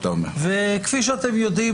וכפי שאתם יודעים,